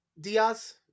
Diaz